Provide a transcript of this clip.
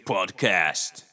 Podcast